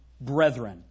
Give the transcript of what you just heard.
brethren